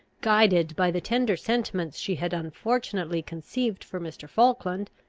guided by the tender sentiments she had unfortunately conceived for mr. falkland,